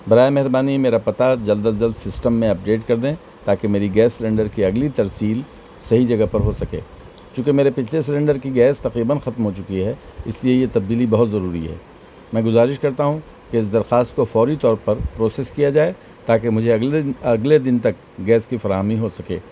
برائے مہربانی میرا پتہ جلد از جلد سسٹم میں اپڈیٹ کر دیں تاکہ میری گیس سیلینڈر کی اگلی ترسیل صحیح جگہ پر ہو سکے چونکہ میرے پچھلے سلینڈر کی گیس تقریباً ختم ہو چکی ہے اس لیے یہ تبدیلی بہت ضروری ہے میں گزارش کرتا ہوں کہ اس درخواست کو فوری طور پر پروسیس کیا جائے تاکہ مجھے اگلے اگلے دن تک گیس کی فراہمی ہو سکے